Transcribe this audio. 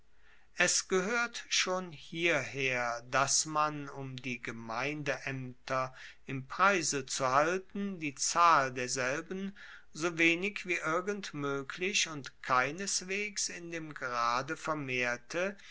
es gehoert schon hierher dass man um die gemeindeaemter im preise zu halten die zahl derselben so wenig wie irgend moeglich und keineswegs in dem grade vermehrte